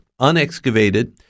unexcavated